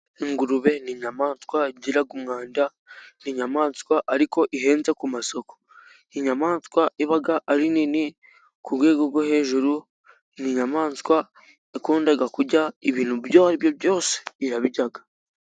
Ingurube ni inyamaswa igira umwanda. Ni inyamaswa ariko ihenze ku masoko, inyamaswa iba ari nini ku rwego rwo hejuru, ni inyamaswa yakundaga kurya ibintu ibyo ari byo byose irabirya.